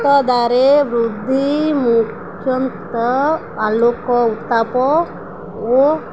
ମୁକ୍ତଦାରେ ବୃଦ୍ଧି ମୁଖ୍ୟନ୍ତ ଆଲୋକ ଉତ୍ତାପ ଓ